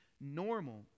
normal